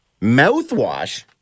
Mouthwash